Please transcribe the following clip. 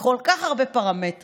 בכל כך הרבה פרמטרים,